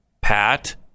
Pat